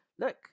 look